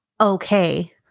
okay